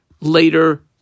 later